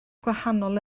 gwahanol